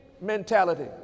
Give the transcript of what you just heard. mentality